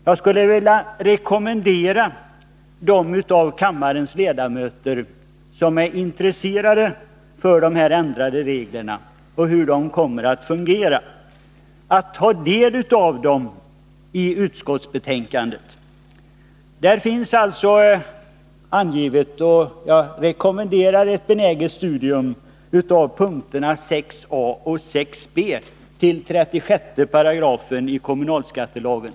Jag skulle vilja rekommendera de ledamöter av kammaren som är intresserade av hur de här ändrade reglerna kommer att fungera att ta del av förslagen i utskottsbetänkandet. På s. 9-13 i detta redovisas punkterna 6 a och 6 b i propositionens förslag till anvisningar till 36 § kommunalskattelagen.